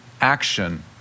action